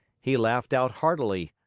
he laughed out heartily.